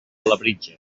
labritja